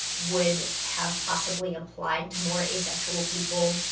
would have possibly applied to more asexual people,